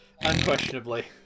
Unquestionably